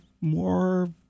more